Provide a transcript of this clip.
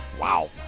Wow